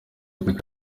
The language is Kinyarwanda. kuki